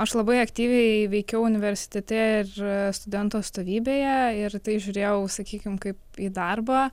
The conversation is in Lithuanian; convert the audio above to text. aš labai aktyviai veikiau universitete ir studentų atstovybėje ir tai žiūrėjau sakykim kaip į darbą